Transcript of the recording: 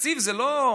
תקציב זה לא: